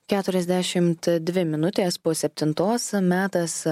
keturiasdešimt dvi minutės po septintos metas